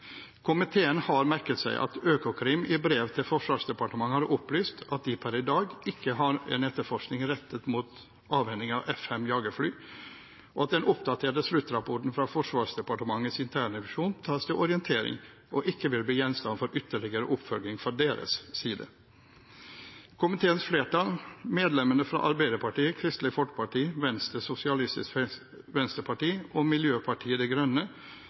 Komiteen har merket seg at Økokrim i brev til Forsvarsdepartementet har opplyst at de per i dag ikke har en etterforskning rettet mot avhending av F-5 jagerfly, og at den oppdaterte sluttrapporten fra Forsvarsdepartementets internrevisjon tas til orientering og ikke vil bli gjenstand for ytterligere oppfølging fra deres side. Komiteens flertall, medlemmene fra Arbeiderpartiet, Kristelig Folkeparti, Venstre, Sosialistisk Venstreparti og Miljøpartiet De Grønne,